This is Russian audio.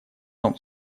том